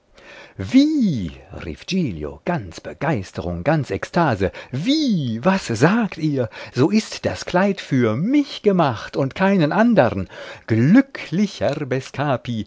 wie rief giglio ganz begeisterung ganz ekstase wie was sagt ihr so ist das kleid für mich gemacht und keinen andern glücklicher